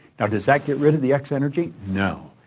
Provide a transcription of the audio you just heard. now does that get rid of the x energy? no.